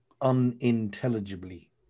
unintelligibly